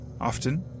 Often